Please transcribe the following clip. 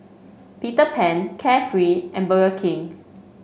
Peter Pan Carefree and Burger King